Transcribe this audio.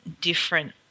different